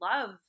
love